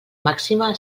màxima